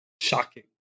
Shocking